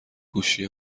گوشی